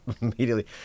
immediately